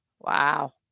wow